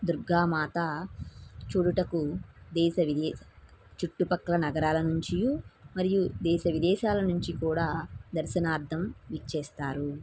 దుర్గామాత చూడుటకు దేశ విదేశ చుట్టుపక్కల నగరాల నుంచియు మరియు దేశ విదేశాల నుంచి కూడా దర్శనార్థం విచ్చేస్తారు